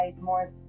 more